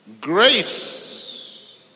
Grace